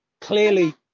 Clearly